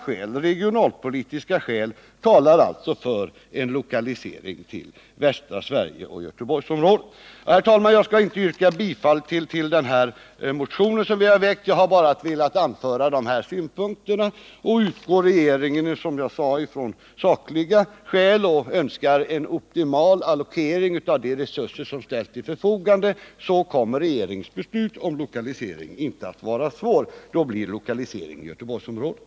Även regionalpolitiska skäl talar alltså för en lokalisering till västra Sverige och Göteborgsområdet. Herr talman! Jag skall således inte yrka bifall till vår motion utan har bara velat anföra dessa synpunkter. Utgår regeringen, som jag sade, från sakliga skäl och önskar en optimal allokering av de resurser som ställs till förfogande, så kommer dess beslut om lokalisering inte att vara svårt. Då blir det i Göteborgsområdet.